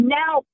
now